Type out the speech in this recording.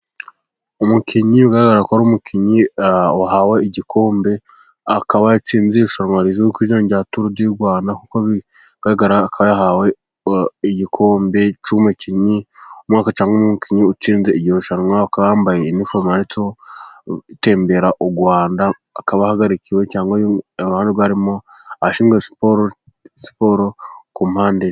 Umukinnyi ugaragara ko ari umukinnyi wahawe igikombe, akaba yatsinze irushanwa rizwi rya tour du Rwanda, kuko yahawe igikombe cy' umukinnyi w' umwaka cyangwa umukinnyi utsinze iri rushanwa, akaba yambaye iniforume yanditseho tembera u Rwanda akaba ahagarikiwe cyangwa ashigikiwe n' ashinzwe siporo ku mpande.